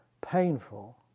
painful